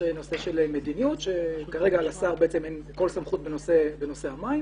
יש נושא של מדיניות שכרגע לשר אין כל סמכות בנושא המים